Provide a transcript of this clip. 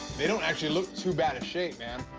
they don't actually look too bad of shape, man.